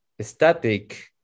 static